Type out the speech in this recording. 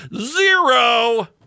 Zero